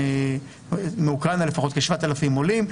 מאוקראינה לפחות כ-7,000 עולים.